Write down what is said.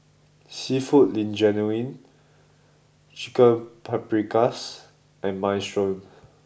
seafood Linguine Chicken Paprikas and Minestrone